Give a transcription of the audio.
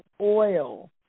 oil